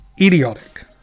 idiotic